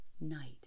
night